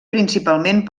principalment